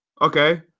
okay